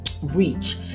Reach